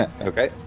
Okay